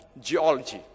geology